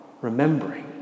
remembering